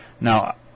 Now